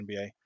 nba